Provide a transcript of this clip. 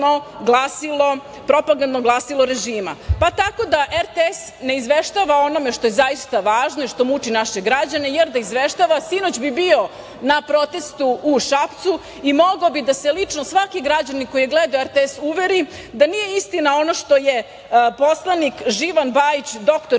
privatno propagandno glasilo režima. Tako da RTS ne izveštava o onome što je zaista važno, što muči naše građane, jer da izveštava sinoć bi bio na protestu u Šapcu, i mogao bi da se lično svaki građanin koji gleda RTS uveri da nije istina ono što je poslanik Živan Bajić, doktor